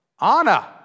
Anna